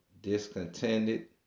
discontented